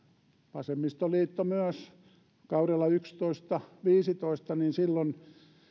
vasemmistoliitto myös kaudella kaksituhattayksitoista viiva viisitoista niin silloin